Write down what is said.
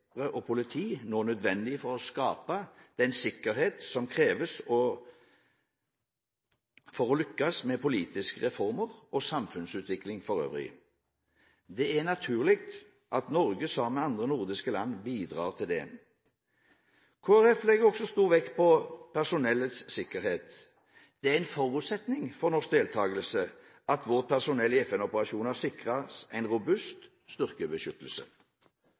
og politi nå nødvendig for å skape den sikkerhet som kreves for å lykkes med politiske reformer og samfunnsutvikling for øvrig. Det er naturlig at Norge sammen med andre nordiske land bidrar til det. Kristelig Folkeparti legger også stor vekt på personellets sikkerhet. Det er en forutsetning for norsk deltakelse at vårt personell i FN-operasjonen sikres en robust styrkebeskyttelse.